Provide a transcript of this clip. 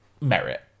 merit